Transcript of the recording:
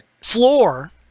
floor